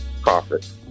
Profit